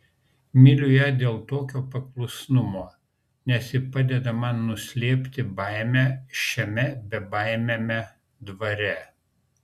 myliu ją dėl tokio paklusnumo nes ji padeda man nuslėpti baimę šiame bebaimiame dvare